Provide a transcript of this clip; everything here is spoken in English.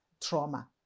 trauma